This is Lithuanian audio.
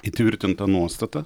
įtvirtinta nuostata